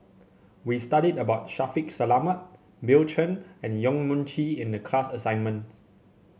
we studied about Shaffiq Selamat Bill Chen and Yong Mun Chee in the class assignment